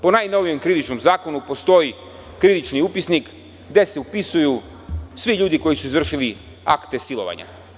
Po najnovijem krivičnom zakonu postoji krivični upisnik gde se upisuju svi ljudi koji su izvršili akte silovanja.